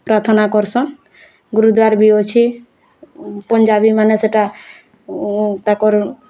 ପ୍ରାର୍ଥନା କରସନ୍ ଗୁରୁଦ୍ଵାର୍ ବି ଅଛେ ପଞ୍ଜାବୀମାନେ ସେଟା ତାଙ୍କର